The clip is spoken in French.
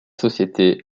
société